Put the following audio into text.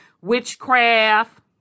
witchcraft